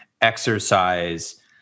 exercise